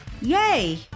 Yay